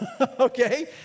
Okay